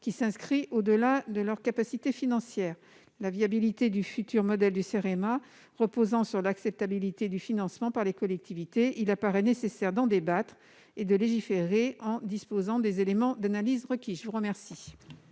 supérieure à leurs capacités financières. La viabilité du futur modèle du Cerema reposant sur l'acceptabilité du financement par les collectivités, il paraît nécessaire d'en débattre et de légiférer en disposant des éléments d'analyse requis. Quel